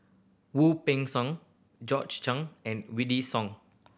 Wu Peng Seng Chen and Wykidd Song